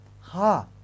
Ha